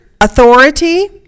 authority